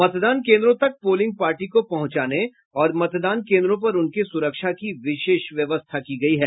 मतदान कोन्द्रों तक पोलिंग पार्टी को पहुंचाने और मतदान केन्द्रों पर उनकी सुरक्षा की विशेष व्यवस्था की गयी है